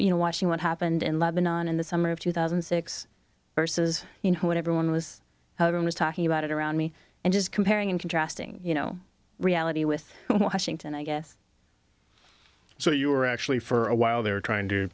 you know watching what happened in lebanon in the summer of two thousand and six versus you know when everyone was talking about it around me and just comparing and contrasting you know reality with washington i guess so you were actually for a while they were trying to